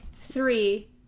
three